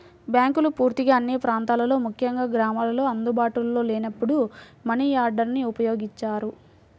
బ్యాంకులు పూర్తిగా అన్ని ప్రాంతాల్లో ముఖ్యంగా గ్రామాల్లో అందుబాటులో లేనప్పుడు మనియార్డర్ని ఉపయోగించారు